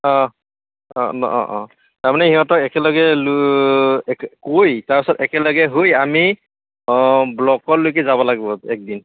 অঁ অঁ অঁ অঁ তাৰমানে সিহঁতক একেলগে লৈ একে কৈ তাৰপিছত একেলগে হৈ আমি ব্লকতলৈকে যাব লাগিব একদিন